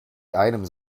items